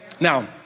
Now